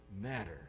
matter